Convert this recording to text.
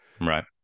Right